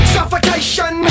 Suffocation